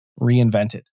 reinvented